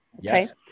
Yes